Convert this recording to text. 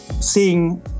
seeing